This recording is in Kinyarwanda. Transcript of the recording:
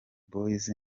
boys